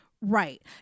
Right